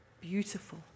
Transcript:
Beautiful